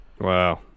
Wow